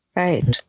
right